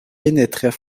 pénétrait